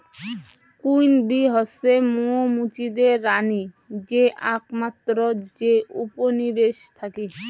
queen bee হসে মৌ মুচিদের রানী যে আকমাত্র যে উপনিবেশে থাকি